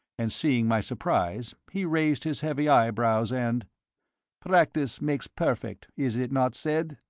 and seeing my surprise he raised his heavy eyebrows, and practice makes perfect, is it not said?